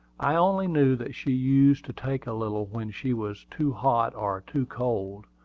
i only knew that she used to take a little when she was too hot or too cold,